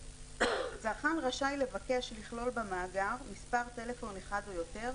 (ב)צרכן רשאי לבקש לכלול במאגר מספר טלפון אחד או יותר,